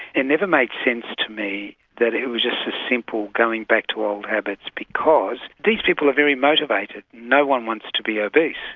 it never made sense to me that it was just a simple going back to old habits because these people are very motivated. no one wants to be obese,